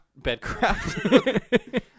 Bedcraft